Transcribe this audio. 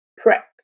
prep